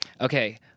Okay